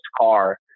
car